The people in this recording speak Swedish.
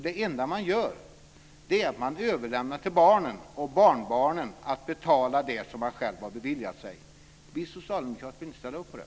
Det enda man gör är att man överlämnar till barnen och barnbarnen att betala det som man själv har beviljat sig. Vi socialdemokrater vill inte ställa upp på det.